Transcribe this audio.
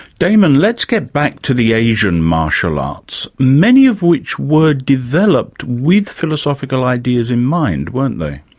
damon, let's get back to the asian martial arts, many of which were developed with philosophical ideas in mind, weren't they?